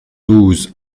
douze